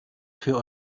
für